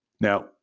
Now